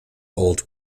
old